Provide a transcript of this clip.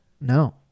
No